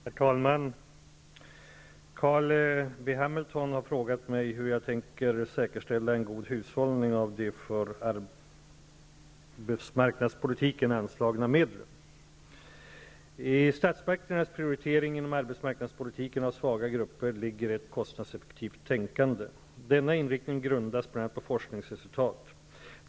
Herr talman! Carl B Hamilton har frågat mig hur jag tänker säkerställa en god hushållning av de för arbetsmarknadspolitiken anslagna medlen. I statsmakternas prioritering inom arbetsmarknadspolitiken av svaga grupper ligger ett kostnadseffektivt tänkande. Denna inriktining grundas bl.a. på forskningsresultat.